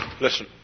Listen